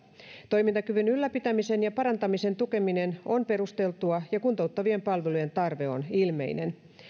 toimintakyvyn ylläpitämisen ja parantamisen tukeminen on perusteltua ja kuntouttavien palvelujen tarve on ilmeinen